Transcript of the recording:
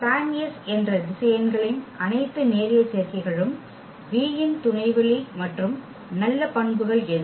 SPAN என்ற திசையன்களின் அனைத்து நேரியல் சேர்க்கைகளும் V இன் துணைவெளி மற்றும் நல்ல பண்புகள் எது